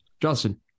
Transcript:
Justin